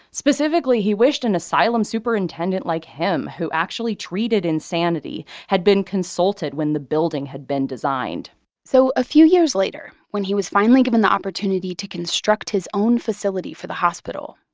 specifically, he wished an asylum superintendent superintendent like him, who actually treated insanity, had been consulted when the building had been designed so a few years later when he was finally given the opportunity to construct his own facility for the hospital,